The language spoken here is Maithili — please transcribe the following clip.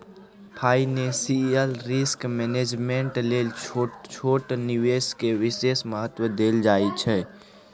फाइनेंशियल रिस्क मैनेजमेंट लेल छोट छोट निवेश के विशेष महत्व देल जाइ छइ